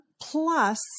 Plus